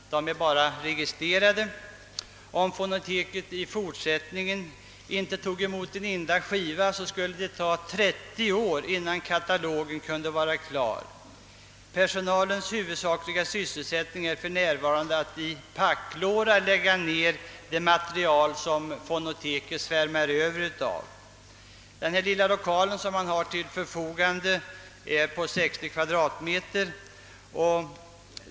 De är endast registrerade. Om fonoteket också inte tog emot en enda skiva till, skulle det ändå ta 30 år innan ka talogen kunde vara klar. Personalens huvudsakliga sysselsättning för närvarande är att i packlårar lägga ned det material som fonoteket svämmar över av. Den lilla lokal fonoteket förfogar över är på 60 kvadratmeter.